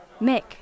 Mick